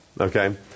okay